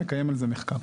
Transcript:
מקיים על זה מחקר.